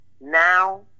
now